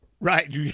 Right